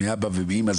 מאבא ואמא,